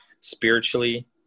spiritually